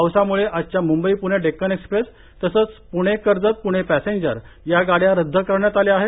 पावसामुळे आजच्या मुंबई पुणे डेक्कन एक्सप्रेस तसंच प्णे कर्जत प्णे पॅसेंजर या गाड्या रद्द करण्यात आल्या आहेत